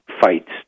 fights